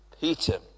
Peter